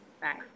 Bye